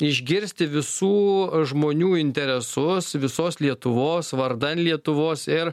išgirsti visų žmonių interesus visos lietuvos vardan lietuvos ir